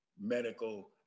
Medical